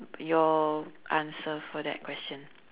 your answer for that question